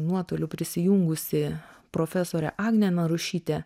nuotoliu prisijungusi profesorė agnė narušytė